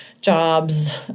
jobs